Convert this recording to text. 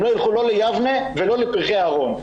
הם לא ילכו ל"יבנה" ולא ל"פרחי אהרון".